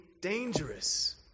dangerous